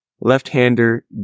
left-hander